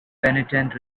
penitent